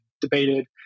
debated